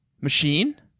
Machine